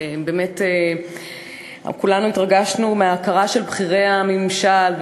ובאמת כולנו התרגשנו מההכרה של בכירי הממשל,